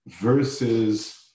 versus